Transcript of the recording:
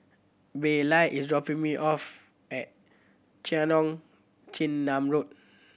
Baylie is dropping me off at Cheong Chin Nam Road